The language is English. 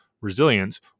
resilience